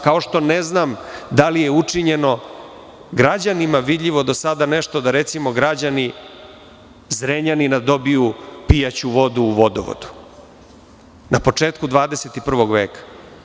Kao što ne znam da li je učinjeno nešto građanima vidljivo do sada nešto, da recimo, građani Zrenjanina dobiju pijaću vodu u vodovodu, na početku 21 veka.